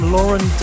Lauren